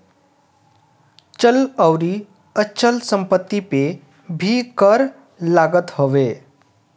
चल अउरी अचल संपत्ति पे भी कर लागत हवे